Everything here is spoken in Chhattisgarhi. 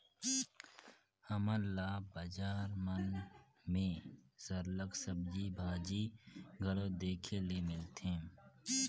हमन ल बजार मन में सरलग सब्जी भाजी घलो देखे ले मिलथे